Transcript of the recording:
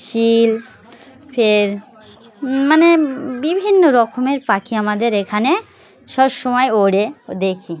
শিল ফের মানে বিভিন্ন রকমের পাখি আমাদের এখানে সব সমময় ওড়ে দেখি